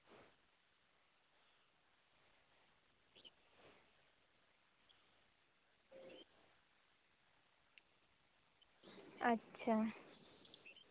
ᱟᱪᱪᱷᱟ